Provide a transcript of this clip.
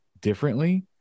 differently